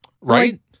Right